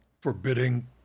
forbidding